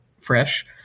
fresh